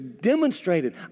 demonstrated